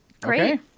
great